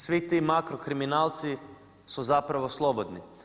Svi ti makro kriminalci su zapravo slobodni.